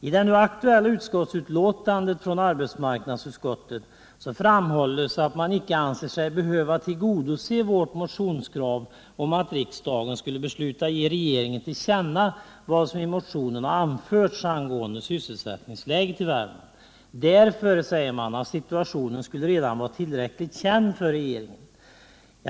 I det nu aktuella utskottsbetänkandet från arbetsmarknadsutskottet framhålls att man icke anser sig behöva tillgodose vårt motionskrav om att riksdagen skulle besluta ge regeringen till känna vad som i motionen anförts om sysselsättningsläget i Värmland, därför, säger man, att situationen redan skulle vara tillräckligt känd för regeringen.